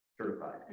certified